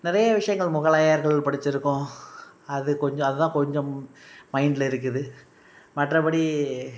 நிறைய விஷயங்கள் முகலாயர்கள் படிச்சிருக்கோம் அது கொஞ்சம் அது தான் கொஞ்சம் மைண்ட்ல இருக்குது மற்றபடி